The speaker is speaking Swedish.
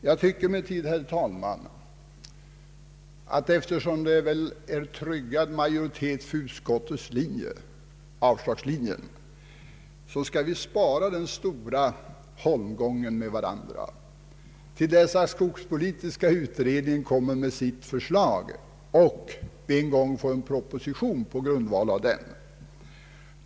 Jag tycker emellertid, herr talman, att eftersom det väl är en tryggad majoritet för utskottets avslagslinje bör vi spara den stora holmgången med varandra till dess att skogspolitiska utredningen lagt fram sitt förslag och vi fått en proposition på grundval av den.